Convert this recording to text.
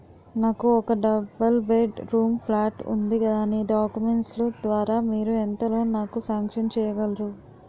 నాకు ఒక double bedroom flat ఉంది దాని డాక్యుమెంట్స్ లు ద్వారా మీరు ఎంత లోన్ నాకు సాంక్షన్ చేయగలరు?